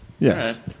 Yes